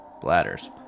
Bladders